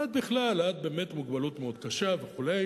ועד בכלל, עד באמת מוגבלות מאוד קשה, וכו'.